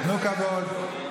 תנו כבוד.